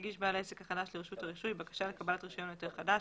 יגיש בעל העסק החדש לרשות הרישוי בקשה לקבלת רישיון או היתר חדש,